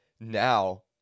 Now